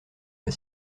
pas